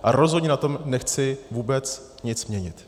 A rozhodně na tom nechci vůbec nic měnit.